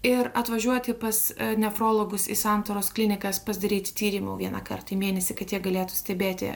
ir atvažiuoti pas nefrologus į santaros klinikas pasidaryti tyrimų vienąkart į mėnesį kad jie galėtų stebėti